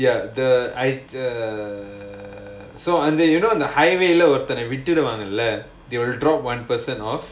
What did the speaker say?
ya the I err so under you know the highway lah ஒருத்தர விட்டுட்டு வருவாங்கல:oruthara vituttu varuvaangala they will drop one person off